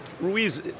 Ruiz